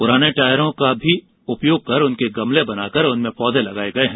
पुराने टायरों का उपयोग कर उनके गमले बनाकर उनमें पौधे लगाए गए हैं